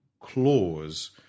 clause